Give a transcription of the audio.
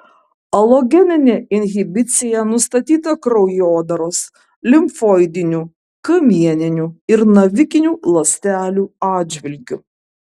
alogeninė inhibicija nustatyta kraujodaros limfoidinių kamieninių ir navikinių ląstelių atžvilgiu